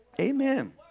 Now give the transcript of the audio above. Amen